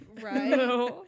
Right